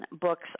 books